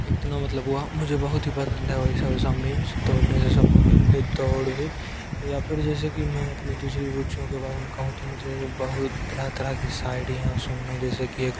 इतना मतलब वह मुझे बहुत ही पसंद है वैसा वैसा मीम्स दौड़ने से संबंधित और भी या फिर जैसे कि मैं अपनी दूसरी रुचियों के बारे में कहूँ तो मुझे बहुत तरह तरह की शायरीयाँ सुनना जैसे कि एक